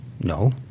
No